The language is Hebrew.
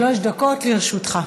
שלוש דקות לרשותך.